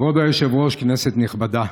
כבוד היושב-ראש, כנסת נכבדה,